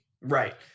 Right